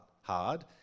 hard